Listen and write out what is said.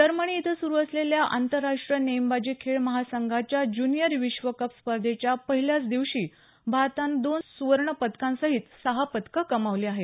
Germany इथं सुरु असलेल्या आतंरराष्ट्रीय नेमबाजी खेळ महासंघाच्या ज्युनिअर विश्व कप स्पर्धेच्या पहिल्याचं दिवशी भारतानं दोन सुवर्ण पदकांसहीत सहा पदकं कमावली आहे